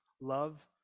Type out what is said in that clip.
love